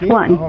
one